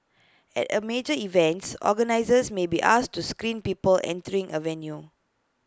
at A major events organisers may be asked to screen people entering A venue